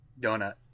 donut